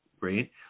right